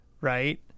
right